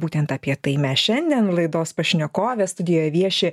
būtent apie tai mes šiandien laidos pašnekovės studijoje vieši